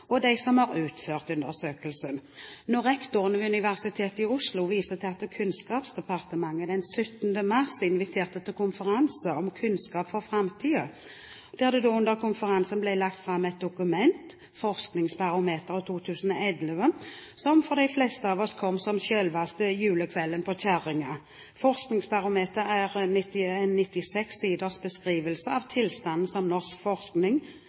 og de som har utført undersøkelsen. Rektoren ved Universitetet i Oslo viser til at Kunnskapsdepartementet den 17. mars inviterte til konferanse om «Kunnskap for framtida», der det under konferansen ble lagt fram et dokument, Forskningsbarometeret 2011. Det kom for de fleste av oss «som selveste julekvelden på kjerringa», sier altså rektoren ved Universitetet i Oslo. Forskningsbarometeret er en 96-siders beskrivelse av tilstanden til norsk forskning